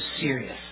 serious